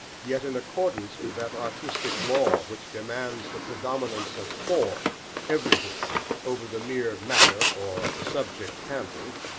yet, in accordance with that artistic law which demands the predominance of form everywhere over the mere matter or subject handled,